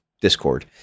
Discord